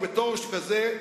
בתור שכזה,